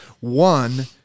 One